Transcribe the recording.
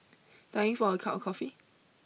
dying for a cup of coffee